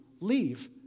leave